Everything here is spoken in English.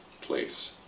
place